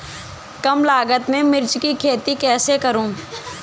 कम लागत में मिर्च की खेती कैसे करूँ?